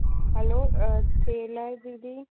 hello tailor दीदी